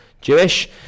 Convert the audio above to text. Jewish